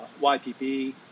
YPP